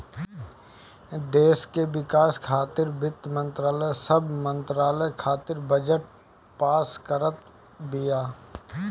देस के विकास खातिर वित्त मंत्रालय सब मंत्रालय खातिर बजट पास करत बिया